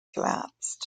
collapsed